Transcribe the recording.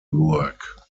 work